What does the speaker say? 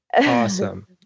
Awesome